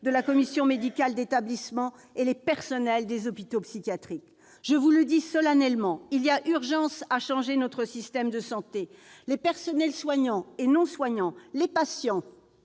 de la commission médicale d'établissement, et les personnels des hôpitaux psychiatriques. Je vous le dis solennellement : il y a urgence à changer notre système de santé. Les personnels soignants et non soignants, les patients